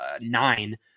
nine